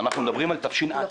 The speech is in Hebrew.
ואנחנו מדברים על תשע"ט,